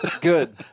Good